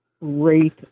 rate